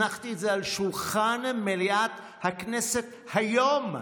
הנחתי את זה על שולחן מליאת הכנסת היום.